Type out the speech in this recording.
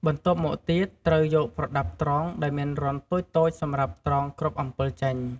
បន្ទាប់មកទៀតត្រូវយកប្រដាប់ត្រង់ដែរមានរន្ធតូចៗសម្រាប់ត្រង់គ្រាប់អំពិល ចេញ។